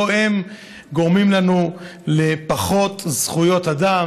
לא הם גורמים לנו לפחות זכויות אדם.